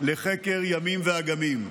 לחקר ימים ואגמים.